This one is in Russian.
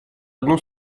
одну